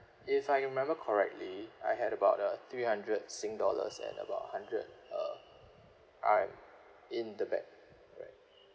if I remember correctly I had about uh three hundred sing dollars and about hundred uh R_M in the bag